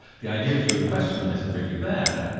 the idea that you would question them isn't really there.